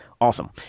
awesome